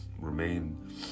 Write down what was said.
remain